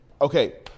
Okay